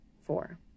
four